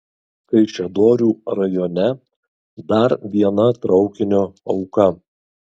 kaišiadorių rajone dar viena traukinio auka